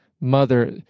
mother